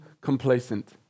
complacent